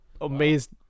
amazed